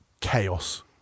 chaos